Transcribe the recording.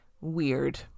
weird